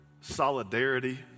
solidarity